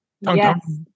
Yes